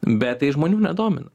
bet tai žmonių nedomina